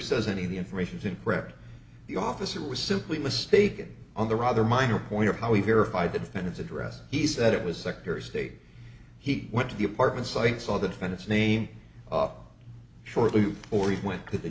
says any of the information is incorrect the officer was simply mistaken on the rather minor point of how he verified the defendant's address he said it was secretary of state he went to the apartment site saw the defense name up shortly before he went to the